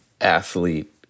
athlete